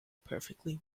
perfectly